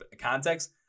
context